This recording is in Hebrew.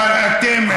אבל אתם עיוורים.